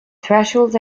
thresholds